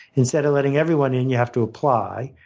instead of letting everyone in, and you have to apply.